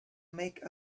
make